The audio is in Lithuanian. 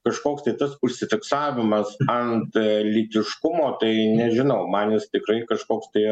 kažkoks tai tas užsifiksavimas ant lytiškumo tai nežinau man jis tikrai kažkoks tai